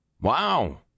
Wow